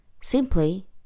simply